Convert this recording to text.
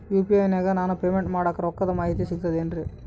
UPI ನಾಗ ನಾನು payment ಮಾಡಿದ ರೊಕ್ಕದ ಮಾಹಿತಿ ಸಿಕ್ತದೆ ಏನ್ರಿ?